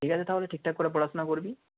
ঠিক আছে তাহলে ঠিক ঠাক করে পড়াশুনা করবি